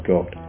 God